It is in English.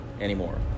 anymore